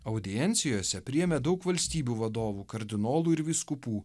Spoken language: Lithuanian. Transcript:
audiencijose priėmė daug valstybių vadovų kardinolų ir vyskupų